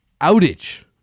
outage